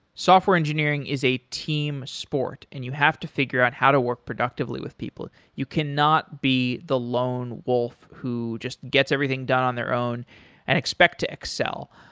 software engineering is a team sport and you have to figure out how to work productively with people. you cannot be the lone wolf who just gets everything done on their own and expect to excel